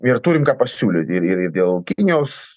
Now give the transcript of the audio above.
ir turim ką pasiūlyt ir ir ir dėl kinijos